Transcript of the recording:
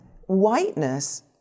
whiteness